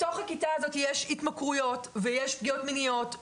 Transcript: בתוך הכיתה הזאת יש התמכרויות ויש פגיעות מיניות,